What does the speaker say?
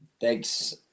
Thanks